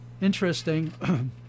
Interesting